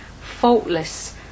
faultless